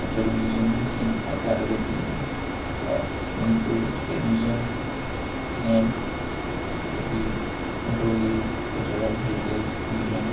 ꯅꯠꯇ꯭ꯔꯒ ꯃ꯭ꯌꯨꯖꯤꯌꯝꯁꯤꯡ ꯍꯥꯏ ꯇꯥꯔꯒꯗꯤ ꯃꯅꯤꯄꯨꯔ ꯁ꯭ꯇꯦꯠ ꯃ꯭ꯌꯨꯖꯤꯌꯝ ꯁꯤꯅꯦ ꯑꯗꯨꯗꯒꯤ ꯑꯟꯗ꯭ꯔꯣꯒꯤ ꯀꯜꯆꯔꯦꯜ ꯍꯦꯔꯤꯇꯦꯁ ꯃ꯭ꯌꯨꯖꯤꯌꯝ